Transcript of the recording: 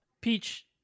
Peach